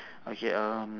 okay um